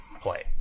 play